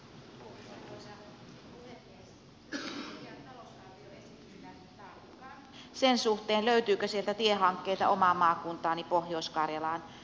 yritin lukea talousarvioesitystä tarkkaan sen suhteen löytyykö sieltä tiehankkeita omaan maakuntaani pohjois karjalaan